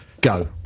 go